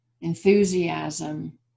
enthusiasm